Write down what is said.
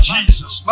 Jesus